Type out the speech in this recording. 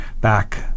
back